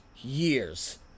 years